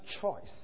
choice